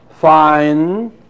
fine